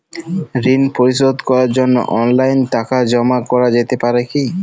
ঋন পরিশোধ করার জন্য অনলাইন টাকা জমা করা যেতে পারে কি?